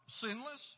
sinless